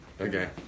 Okay